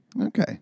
Okay